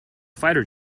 fighter